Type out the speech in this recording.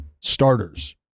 starters